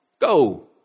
go